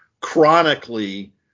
chronically